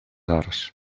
arts